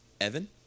Evan